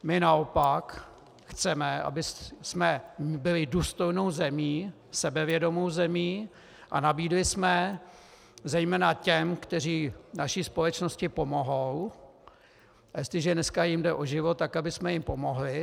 My naopak chceme, abychom byli důstojnou zemí, sebevědomou zemí a nabídli jsme zejména těm, kteří naší společnosti pomohou, a jestliže dneska jim jde o život, tak abychom jim pomohli.